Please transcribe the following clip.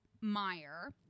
meyer